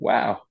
Wow